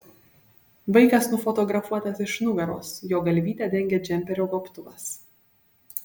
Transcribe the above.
vaikas nufotografuotas iš nugaros jo galvytę dengia džemperio gobtuvas